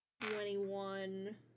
twenty-one